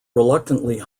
reluctantly